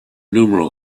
numeral